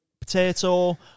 potato